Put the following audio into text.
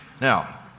Now